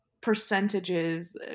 percentages